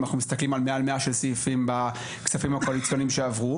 אם אנחנו מסתכלים על מעל 100 של סעיפים בכספים הקואליציוניים שעברו,